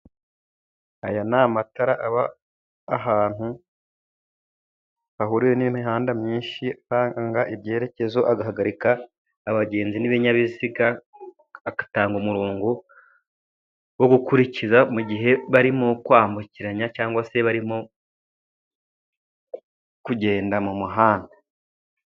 Aya ni amatara aba ahantu hahuriwe n'imihanda myinshi, aranga ibyerekezo agahagarika abagenzi n'ibinyabiziga agatanga umurongo wo gukurikiza mu gihe barimo kwambukiranya cyangwa se barimo kugenda mu muhanda.